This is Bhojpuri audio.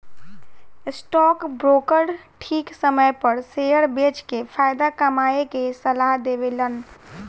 स्टॉक ब्रोकर ठीक समय पर शेयर बेच के फायदा कमाये के सलाह देवेलन